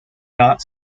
not